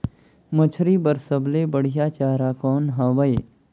मछरी बर सबले बढ़िया चारा कौन हवय?